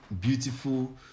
beautiful